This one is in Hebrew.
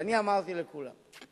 ואני אמרתי לכולם: